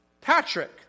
Patrick